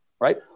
Right